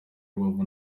rubavu